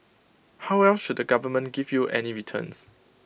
how else should the government give you any returns